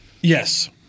Yes